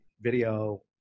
video